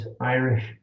Irish